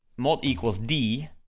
mult equals d,